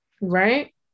right